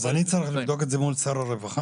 אז אני צריך לבדוק את זה מול שר הרווחה?